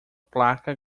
placa